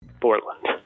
Portland